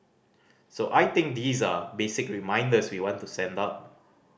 so I think these are basic reminders we want to send out